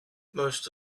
most